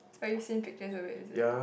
but you send picture already is it